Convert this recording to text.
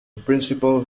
principal